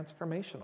transformational